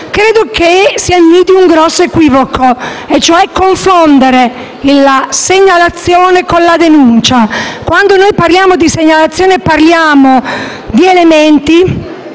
e Buemi si annidi un grosso equivoco e cioè confondere la segnalazione con la denuncia. Quando parliamo di segnalazione parliamo di elementi,